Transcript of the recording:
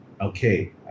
Okay